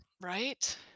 right